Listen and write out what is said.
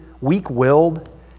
weak-willed